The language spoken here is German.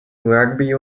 rugby